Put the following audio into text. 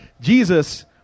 Jesus